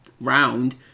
round